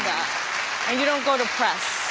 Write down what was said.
and you don't go to press.